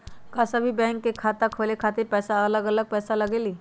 का सभी बैंक में खाता खोले खातीर अलग अलग पैसा लगेलि?